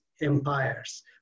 empires